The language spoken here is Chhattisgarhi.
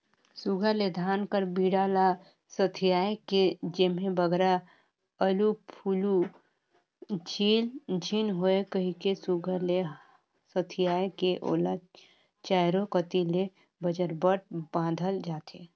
सुग्घर ले धान कर बीड़ा ल सथियाए के जेम्हे बगरा उलु फुलु झिन होए कहिके सुघर ले सथियाए के ओला चाएरो कती ले बजरबट बाधल जाथे